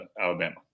Alabama